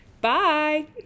Bye